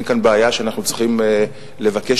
אנחנו ככנסת נגבה